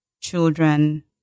children